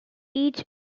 each